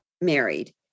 married